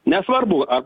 nesvarbu ar